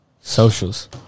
Socials